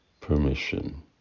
permission